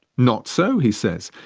not so, he says,